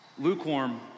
Lukewarm